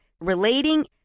relating